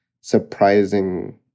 surprising